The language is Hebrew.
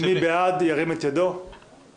לשם הכנתה לקריאה שנייה ושלישית.